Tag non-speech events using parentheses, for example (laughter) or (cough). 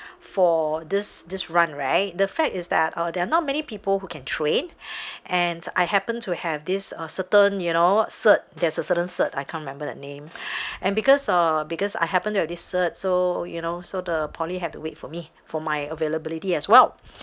for this this run right the fact is that uh there are not many people who can train (breath) and I happen to have this uh certain you know cert there's a certain cert I can't remember that name (breath) and because uh because I happened to have the cert so you know so the poly have to wait for me for my availability as well